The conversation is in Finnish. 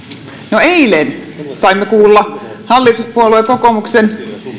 no eilen saimme kuulla hallituspuolue kokoomuksen